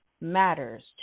matters